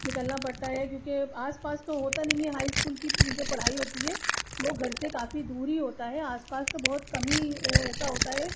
نکلنا پڑتا ہے کیونکہ آس پاس تو ہوتا نہیں ہے ہائی اسکول کی جو پڑھائی ہوتی ہے وہ گھر سے کافی دور ہی ہوتا ہے آس پاس تو بہت کم ہی ایسا ہوتا ہے